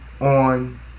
on